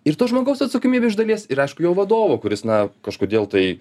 ir to žmogaus atsakomybė iš dalies ir aišku jo vadovo kuris na kažkodėl tai